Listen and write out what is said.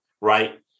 right